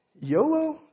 YOLO